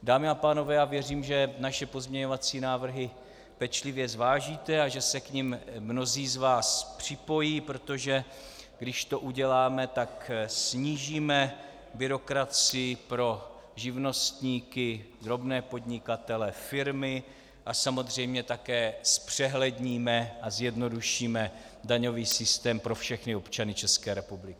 Dámy a pánové, já věřím, že naše pozměňovací návrhy pečlivě zvážíte a že se k nim mnozí z vás připojí, protože když to uděláme, tak snížíme byrokracii pro živnostníky, drobné podnikatele, firmy a samozřejmě také zpřehledníme a zjednodušíme daňový systém pro všechny občany České republiky.